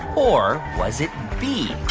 or was it b.